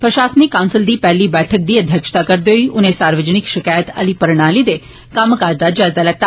प्रशासनिक काउंसल दी पैहली बैठक दी अध्यक्षता करदे होई उनें सार्वजनिक शकैतें आली प्रणाली दे कम्मकाज दा जायजा लैता